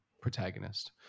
protagonist